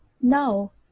No